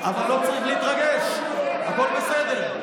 אבל לא צריך להתרגש, הכול בסדר.